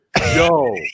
Yo